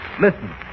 listen